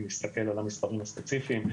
אם נסתכל על המספרים הספציפיים,